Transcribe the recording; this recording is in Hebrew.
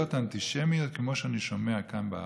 עלילות אנטישמיות כמו שאני שומע כאן בארץ.